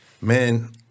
Man